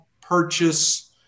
purchase